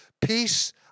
Peace